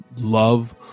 love